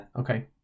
Okay